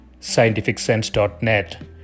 scientificsense.net